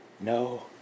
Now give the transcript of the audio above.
no